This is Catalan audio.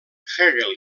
hegel